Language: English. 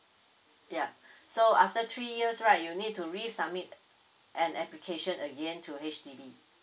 ya so after three years right you need to resubmit an application again to H_D_B